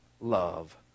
love